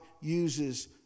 uses